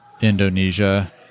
Indonesia